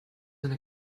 eine